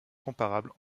comparables